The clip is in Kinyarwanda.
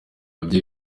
bye